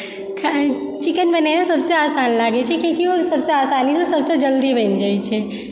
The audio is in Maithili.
खैर चिकेन बनेनाइ सभसे आसान लागै छै किआकि ओ सभसँ आसानी से सभसँ जल्दी बनि जाइ छै